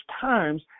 times